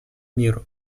миру